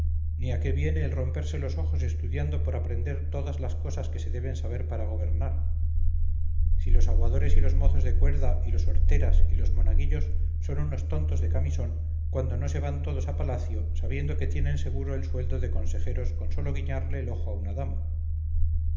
ni a qué viene el romperse los ojos estudiando por aprender todas las cosas que se deben saber para gobernar si los aguadores y los mozos de cuerda y los horteras y los monaguillos son unos tontos de camisón cuando no se van todos a palacio sabiendo que tienen seguro el sueldo de consejeros con sólo guiñarle el ojo a una dama